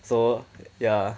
so ya